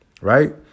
Right